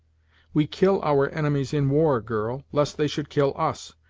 we kill our enemies in war, girl, lest they should kill us.